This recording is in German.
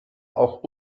auch